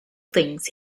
things